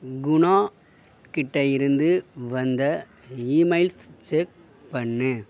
குணா கிட்டேயிருந்து வந்த emails check பண்ணு